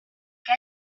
què